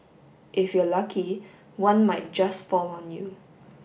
if you're lucky one might just fall on you